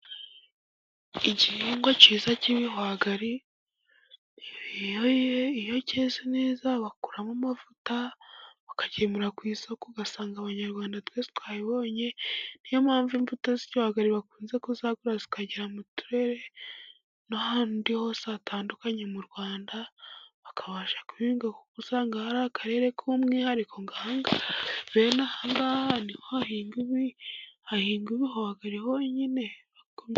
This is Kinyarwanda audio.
Igihingwa cyiza k'ibihwagari, iyo cyeze neza bakuramo amavuta bakagemura ku isoko, ugasanga abanyarwanda twese twabibonye, niyo mpamvu imbuto y'igihwagari bakunze kuyagura ikagera mu turere, n'ahandi hose hatandukanye mu Rwanda bakabasha kubihiga, kuko usanga hari akarere k'umwihariko bene aha ngaha ni ho bahinga ibihwagari honyine.